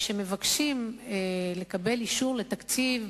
כשמבקשים לקבל אישור לתקציב,